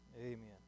Amen